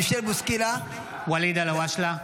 ואליד אלהואשלה,